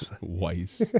Weiss